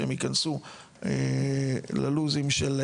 שהם ייכנסו ללו"זים של,